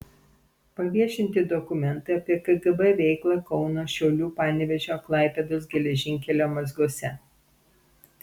paviešinti dokumentai apie kgb veiklą kauno šiaulių panevėžio klaipėdos geležinkelio mazguose